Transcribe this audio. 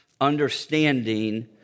understanding